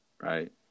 right